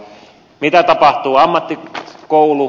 mitä tapahtuu ammatti koulu